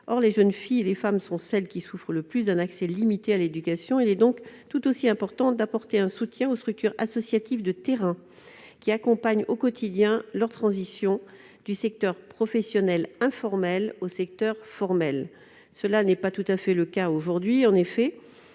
Or les jeunes filles et les femmes sont celles qui souffrent le plus d'un accès limité à l'éducation. Il est donc tout aussi important d'apporter un soutien aux structures associatives de terrain qui accompagnent au quotidien leur transition du secteur professionnel informel au secteur formel. Cela n'est pas tout à fait le cas aujourd'hui ; en effet,